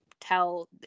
tell